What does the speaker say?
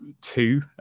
two